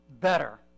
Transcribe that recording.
better